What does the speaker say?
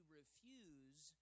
refuse